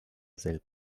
selbst